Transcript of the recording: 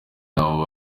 ntawo